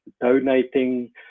donating